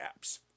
apps